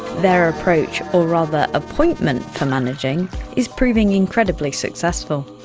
their approach or rather appointment for managing is proving incredibly successful.